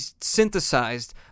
synthesized